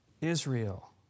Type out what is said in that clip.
Israel